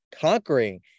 conquering